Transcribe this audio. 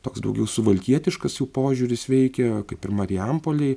toks daugiau suvalkietiškas jų požiūris veikia kaip ir marijampolėj